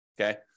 okay